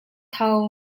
tho